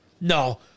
No